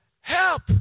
Help